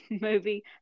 movie